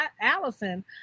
Allison